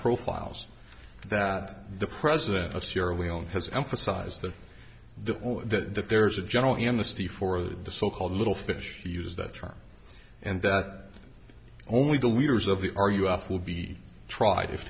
profiles that the president of sierra leone has emphasized that the the there's a general amnesty for the so called little fish to use that term and that only the leaders of the are you off will be tr